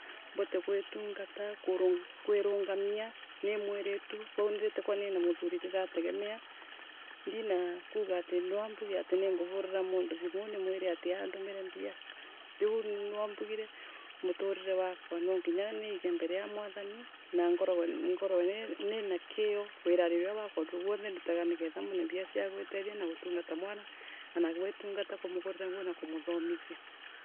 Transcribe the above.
Mbote guitungata, kuirungamia ni mwiriitu, koguo tikwani na muthuri nirategemea. Ndina kuga ati naambuge ati ninguvurira mundu thimu nimuire ati andumire mbia. Riunie naambugire muturire wakwa nanginya niige mbere ya mwathani na ngoroe, ngoroe nina kiio wirari uria wakwa uria guothendukaga nigetha mone mbira cia gwitethia na gutungata mwana, ana gwitungata, kumugurira nguo na kumuthomithia